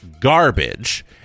garbage